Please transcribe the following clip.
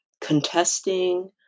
contesting